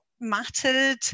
mattered